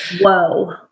Whoa